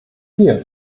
hier